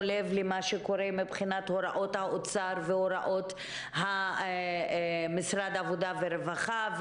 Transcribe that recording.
לב למה שקורה מבחינת הוראות האוצר והוראות משרד העבודה והרווחה.